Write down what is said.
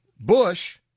Bush